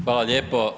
Hvala lijepo.